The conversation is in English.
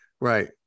Right